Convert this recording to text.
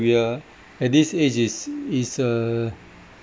we are at this age is is uh